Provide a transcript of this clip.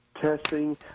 Testing